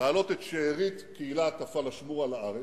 להעלות את שארית קהילת הפלאשמורה לארץ.